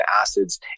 acids